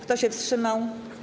Kto się wstrzymał?